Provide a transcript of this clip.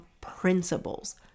principles